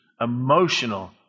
emotional